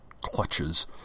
clutches